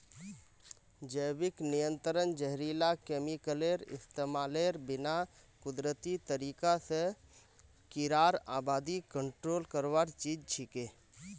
जैविक नियंत्रण जहरीला केमिकलेर इस्तमालेर बिना कुदरती तरीका स कीड़ार आबादी कंट्रोल करवार चीज छिके